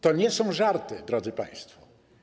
To nie są żarty, drodzy państwo.